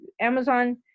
Amazon